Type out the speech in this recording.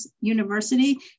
University